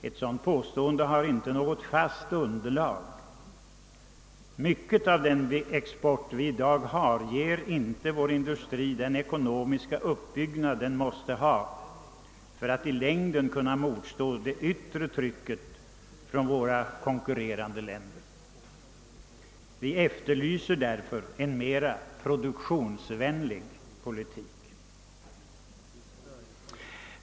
Ett sådant påstående har inte något fast underlag, ty mycket av den export vi i dag har ger inte vår industri möjlighet att bygga upp den ekonomiska stabilitet den måste ha för att i längden kunna motstå det yttre trycket från våra konkurrerande länder. Vi efterlyser därför en mera produktionsvänlig politik.